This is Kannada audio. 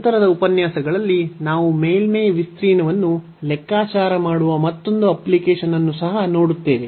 ನಂತರದ ಉಪನ್ಯಾಸಗಳಲ್ಲಿ ನಾವು ಮೇಲ್ಮೈ ವಿಸ್ತೀರ್ಣವನ್ನು ಲೆಕ್ಕಾಚಾರ ಮಾಡುವ ಮತ್ತೊಂದು ಅಪ್ಲಿಕೇಶನ್ ಅನ್ನು ಸಹ ನೋಡುತ್ತೇವೆ